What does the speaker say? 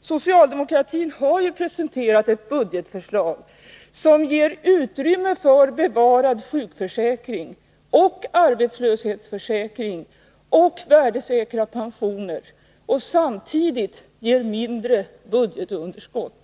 Socialdemokratin har ju presenterat ett budgetförslag som ger utrymme för bevarad sjukförsäkring och arbeslöshetsförsäkring liksom värdesäkrade pensioner och som samtidigt ger ett mindre budgetunderskott.